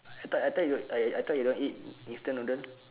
I thought I thought you don't I thought you don't eat instant noodle